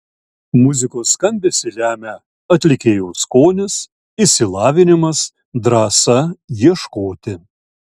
muzikos skambesį lemia atlikėjo skonis išsilavinimas drąsa ieškoti